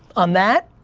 on that,